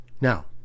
Now